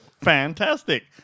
Fantastic